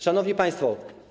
Szanowni Państwo!